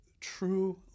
true